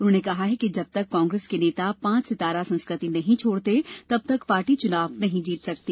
उन्होंने कहा कि जब तक कांग्रेस के नेता पांच सितारा संस्कृति नहीं छोड़ते तब तक पार्टी चुनाव नहीं जीत सकती